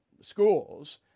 schools